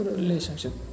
relationship